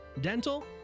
dental